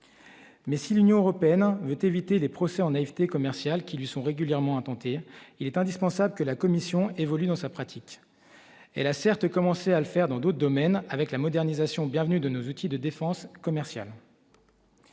Mais si l'Union européenne veut éviter des procès en naïveté commercial qui lui sont régulièrement intenté il est indispensable que la commission évolue dans sa pratique, elle a certes commencé à le faire dans d'autres domaines avec la modernisation bienvenue de nos outils de défense commerciale.